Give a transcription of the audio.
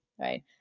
Right